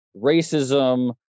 racism